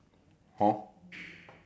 then love shack